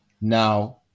Now